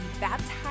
baptized